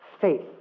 Faith